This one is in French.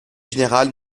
général